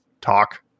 talk